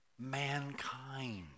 Mankind